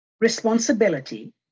responsibility